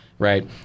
Right